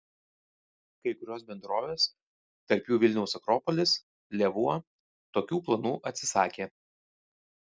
kai kurios bendrovės tarp jų vilniaus akropolis lėvuo tokių planų atsisakė